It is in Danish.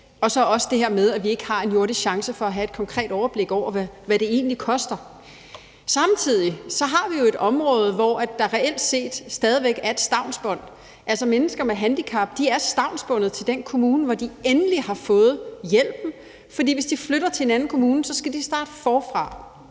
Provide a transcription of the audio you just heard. mens de ligger der, og vi ikke har en jordisk chance for at have et konkret overblik over, hvad det egentlig koster. Samtidig har vi jo her et område, hvor der reelt set stadig væk er et stavnsbånd. Altså, mennesker med handicap er stavnsbundet til den kommune, hvor de endelig har fået hjælpen, fordi de, hvis de flytter til en anden kommune, så skal starte forfra,